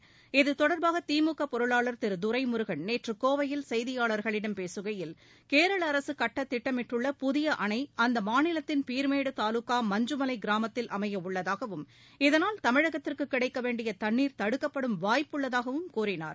மு க இத்தொடர்பாக திமுக பொருளாளர் திரு துரைமுருகன் நேற்று கோவையில் செய்தியாளர்களிடம் பேசுகையில் கேரள அரசு கட்ட திட்டமிட்டுள்ள புதிய அணை அம்மாநிலத்தின் பீர் மேடு தாலுக்கா மஞ்சு மலை கிராமத்தில் அமைய உள்ளதாகவும் இதனால் தமிழகத்திற்கு கிடைக்க வேண்டிய தண்ணீர் தடுக்கப்படும் வாய்ப்புள்ளதாகவும் கூறினார்